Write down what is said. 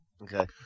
Okay